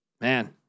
Man